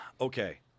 Okay